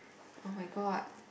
oh-my-god